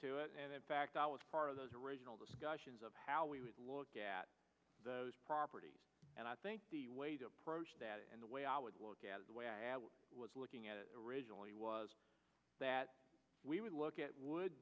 to it and in fact i was part of those original discussions of how we would look at those properties and i think the way to approach that and the way i would look at the way i was looking at originally was that we would look at would